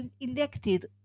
elected